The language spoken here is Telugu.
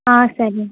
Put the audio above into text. సరే